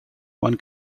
one